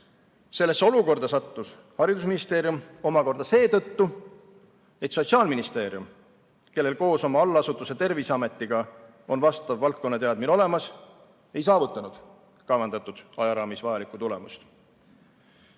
Sellesse olukorda sattus haridusministeerium omakorda seetõttu, et Sotsiaalministeerium, kellel koos oma allasutuse Terviseametiga on vastav valdkonnateadmine olemas, ei saavutanud kavandatud ajaraamis vajalikku tulemust.